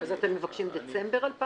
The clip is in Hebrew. אז אתם מבקשים דצמבר 2019?